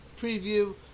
preview